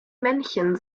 männchen